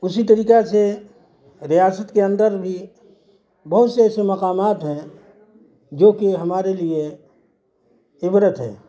اسی طریقہ سے ریاست کے اندر بھی بہت سے ایسے مقامات ہیں جوکہ ہمارے لیے عبرت ہے